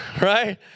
Right